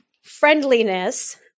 friendliness